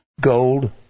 gold